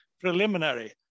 preliminary